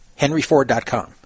henryford.com